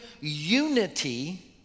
unity